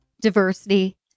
diversity